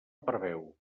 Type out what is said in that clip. preveu